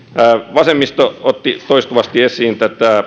vasemmisto otti toistuvasti esiin